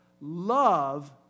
love